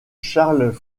charles